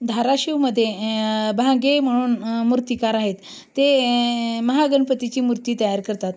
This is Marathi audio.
धाराशिवमध्ये भांगे म्हणून मूर्तिकार आहेत ते महागणपतीची मूर्ती तयार करतात